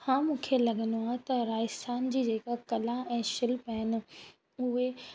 हा मूंखे लॻंदो आहे त राजस्थान जी जेका कला ऐं शिल्प आहिनि उहे